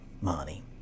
money